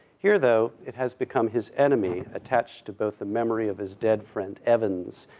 here, though, it has become his enemy, attached to both the memory of his dead friend, evans,